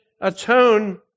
atone